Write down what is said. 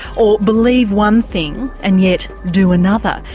or believe one thing and yet do another?